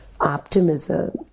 optimism